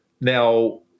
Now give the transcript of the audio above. Now